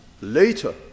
later